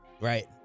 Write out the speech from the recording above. right